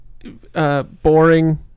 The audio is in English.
Boring